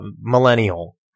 millennial